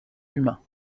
humain